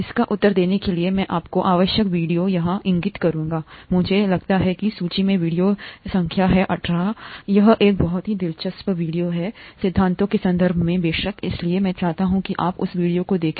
इसका उत्तर देने के लिए मैं आपको आवश्यक वीडियो यहाँ इंगित करूंगा मुझे लगता है कि सूची में वीडियो है संख्या 18 यह एक बहुत ही दिलचस्प वीडियो है सिद्धांतों के संदर्भ में बेशक इसलिए मैं चाहता हूँ कि आप उस वीडियो को देखें